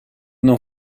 n’en